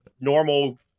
normal